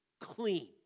clean